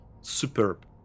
superb